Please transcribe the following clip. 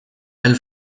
elle